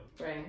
Right